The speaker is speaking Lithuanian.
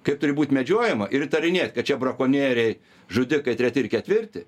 kaip turi būt medžiojama ir įtarinėt kad čia brakonieriai žudikai treti ir ketvirti